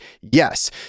Yes